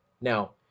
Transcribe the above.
Now